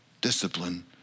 discipline